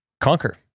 conquer